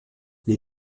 les